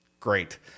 great